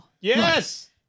Yes